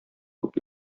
күп